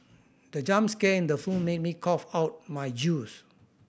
the jump scare in the film made me cough out my juice